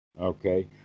Okay